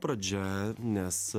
pradžia nes